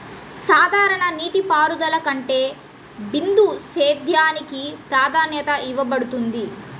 సాధారణ నీటిపారుదల కంటే బిందు సేద్యానికి ప్రాధాన్యత ఇవ్వబడుతుంది